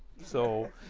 so